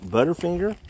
Butterfinger